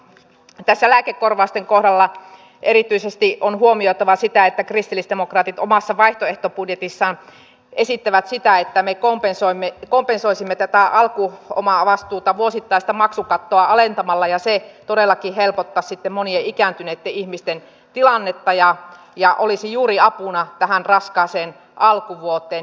tässä lääkekorvausten kohdalla erityisesti on huomioitava se että kristillisdemokraatit omassa vaihtoehtobudjetissaan esittävät sitä että me kompensoisimme tätä alkuomavastuuta vuosittaista maksukattoa alentamalla ja se todellakin helpottaisi sitten monien ikääntyneitten ihmisten tilannetta ja olisi juuri apuna tähän raskaaseen alkuvuoteen